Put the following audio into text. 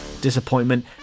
disappointment